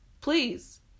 please